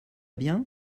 bien